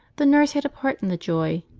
the nurse had a part in the joy,